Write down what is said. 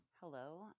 Hello